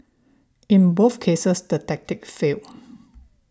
in both cases the tactic failed